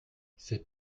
c’est